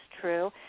true